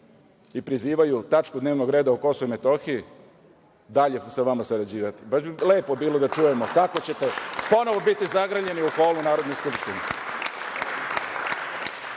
i prizivaju tačku dnevnog reda o KiM, dalje sa vama sarađivati? Baš bi lepo bilo da čujemo kako ćete ponovo biti zagrljeni u holu Narodne skupštine. Ovo